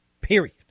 Period